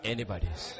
Anybody's